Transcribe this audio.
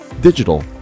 digital